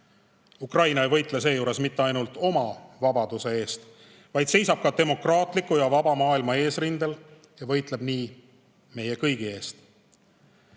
Ukraina ei võitle seejuures mitte ainult oma vabaduse eest, vaid seisab ka demokraatliku ja vaba maailma eesrindel ja võitleb nii meie kõigi eest.